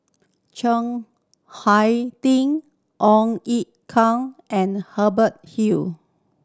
Chiang Hai Ding Ong Ye Kung and Hubert Hill